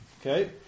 Okay